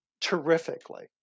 terrifically